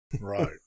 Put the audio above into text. Right